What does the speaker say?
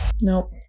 Nope